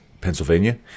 Pennsylvania